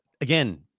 again